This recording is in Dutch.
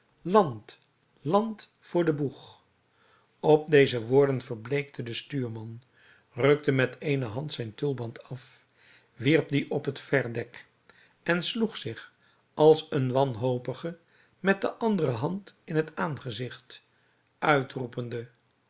land land voor den boeg op deze woorden verbleekte de stuurman rukte met de eene hand zijn tulband af wierp dien op het verdek en sloeg zich als een wanhopige met de andere hand in het aangezigt uitroepende